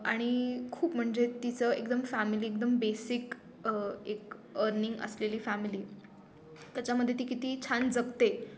आणि खूप म्हणजे तिचं एकदम फॅमिली एकदम बेसिक एक अर्निंग असलेली फॅमिली त्याच्यामध्ये ती किती छान जगते